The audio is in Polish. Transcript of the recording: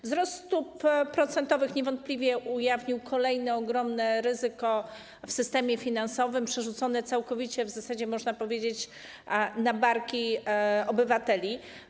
Wzrost stóp procentowych niewątpliwie ujawnił kolejne ogromne ryzyko w systemie finansowym przerzucone całkowicie w zasadzie, można powiedzieć, na barki obywateli.